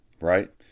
right